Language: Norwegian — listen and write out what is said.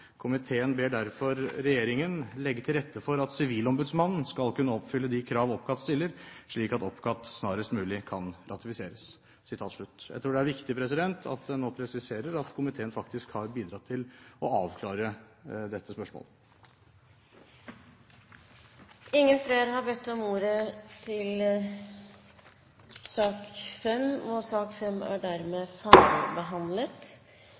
ber derfor regjeringen legge til rette for at Sivilombudsmannen skal kunne oppfylle de krav OPCAT stiller, slik at OPCAT snarest mulig kan ratifiseres.» Jeg tror det er viktig at en nå presiserer at komiteen faktisk har bidratt til å avklare dette spørsmålet. Flere har ikke bedt om ordet til sak nr. 5. Etter ønske fra kontroll- og